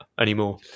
anymore